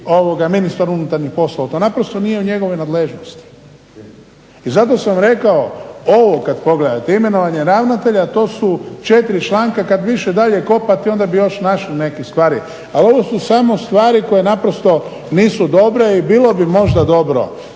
ministar unutarnjih poslova. To naprosto nije u njegovoj nadležnosti. I zato sam rekao, ovo kad pogledate, imenovanje ravnatelja, to su četiri članka kad više dalje kopate onda bi još našli neke stvari, a ovo su samo stvari koje naprosto nisu dobre i bilo bi možda dobro